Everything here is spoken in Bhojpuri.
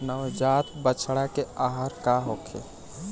नवजात बछड़ा के आहार का होखे?